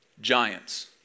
giants